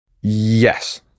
Yes